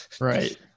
Right